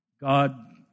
God